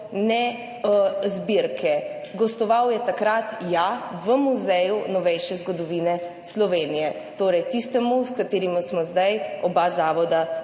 ne zbirke. Gostoval je takrat, ja, v Muzeju novejše zgodovine Slovenije, torej tistim, s katerim smo zdaj oba zavoda